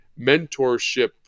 mentorship